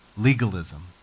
legalism